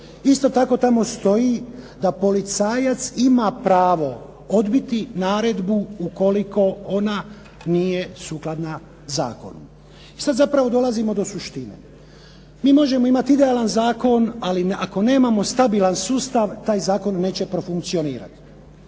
Isto tako tamo stoji da policajac ima pravo odbiti naredbu ukoliko ona nije sukladna zakonu. I sada zapravo dolazimo do suštine. Mi možemo imati idealan zakon ali ako nemamo stabilan sustav taj zakon neće profunkcionirati.